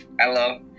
Hello